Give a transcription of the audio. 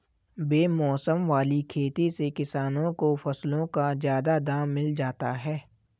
बेमौसम वाली खेती से किसानों को फसलों का ज्यादा दाम मिल जाता है